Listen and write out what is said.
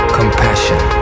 compassion